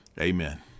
Amen